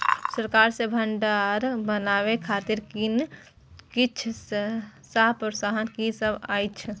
सरकार सँ भण्डार बनेवाक खातिर किछ खास प्रोत्साहन कि सब अइछ?